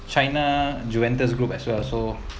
china juventus group as well so